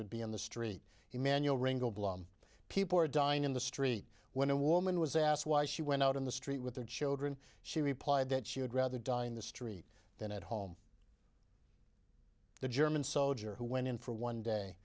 would be on the street emanuel people were dying in the street when a woman was asked why she went out on the street with their children she replied that she would rather die in the street than at home the german soldier who went in for one day